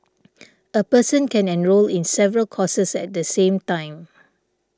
a person can enrol in several courses at the same time